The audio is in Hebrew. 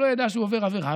הוא לא ידע שהוא עבר עבירה.